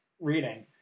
reading